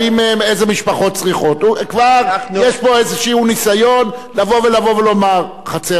כבר יש פה איזה ניסיון לבוא ולומר: החצר זאת תקבל והחצר זאת תקבל,